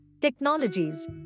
technologies